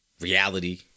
reality